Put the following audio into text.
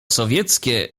sowieckie